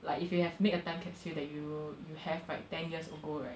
like if you had made a time capsule that you you have right ten years ago right